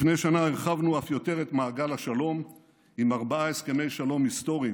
לפני שנה הרחבנו אף יותר את מעגל השלום עם ארבעה הסכמי שלום היסטוריים,